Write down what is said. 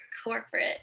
corporate